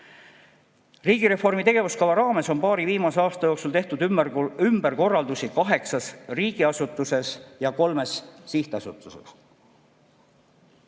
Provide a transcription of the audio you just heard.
Riigireformi tegevuskava raames on paari viimase aasta jooksul tehtud ümberkorraldusi kaheksas riigiasutuses ja kolmes sihtasutuses.